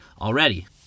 already